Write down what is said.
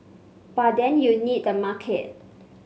but then you need the market